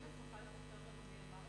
ג'ומס, אתה מוכן להגיד לנו מי אמר לך את זה?